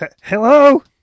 Hello